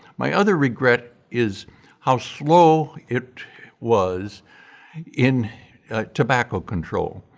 my other regret is how slow it was in tobacco control.